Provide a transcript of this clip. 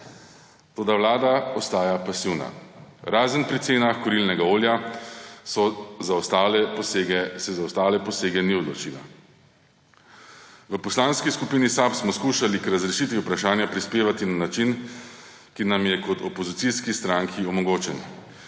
Toda vlada ostaja pasivna. Razen pri cenah kurilnega olja, se za ostale posege ni odločila. V Poslanski skupini SAB smo skušali k razrešitvi vprašanja prispevati na način, ki nam je kot opozicijski stranki omogočen.